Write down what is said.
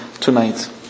tonight